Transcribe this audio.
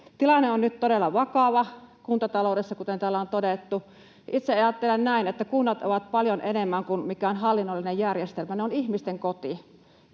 Tilanne on nyt todella vakava kuntataloudessa, kuten täällä on todettu. Itse ajattelen näin, että kunnat ovat paljon enemmän kuin mikään hallinnollinen järjestelmä: ne ovat ihmisten koteja.